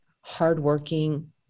hardworking